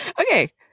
okay